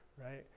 right